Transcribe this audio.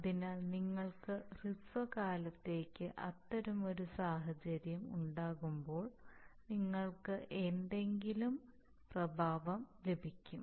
അതിനാൽ നിങ്ങൾക്ക് ഹ്രസ്വകാലത്തേക്ക് അത്തരമൊരു സാഹചര്യം ഉണ്ടാകുമ്പോൾ നിങ്ങൾക്ക് എന്തെങ്കിലും പ്രഭാവം ലഭിക്കും